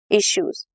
issues